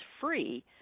free